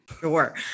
Sure